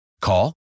Call